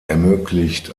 ermöglicht